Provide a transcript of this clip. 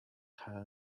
her